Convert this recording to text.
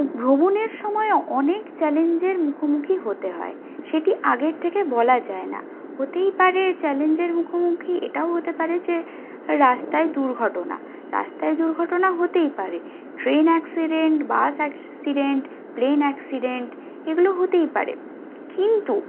ভ্রমণের সময় অনেক চ্যালেঞ্জের মুখোমুখি হতে হয় সেটি আগের থেকে বলা যায় না হতেই পারে চ্যালেঞ্জের মুখোমুখি এটাও হতে পারে যে রাস্তায় দুর্ঘটনা রাস্তায় দুর্ঘটনা হতেই পারে train accident bus accident plane accident এগুলো হতেই পারে কিন্তু